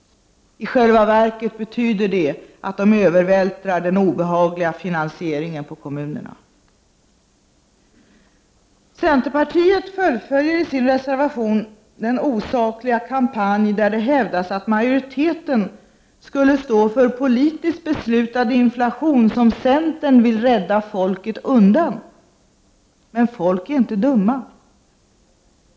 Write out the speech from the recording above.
I själva verket betyder det att de övervältrar den obehagliga finansieringen på kommunerna. Centerpartiet fullföljer i sin reservation den osakliga kampanj där det hävdas att majoriteten skulle stå för politiskt beslutad inflation, som centern vill rädda folket undan. Men folk är inte dumma.